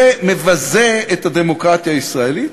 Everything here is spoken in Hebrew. זה מבזה את הדמוקרטיה הישראלית,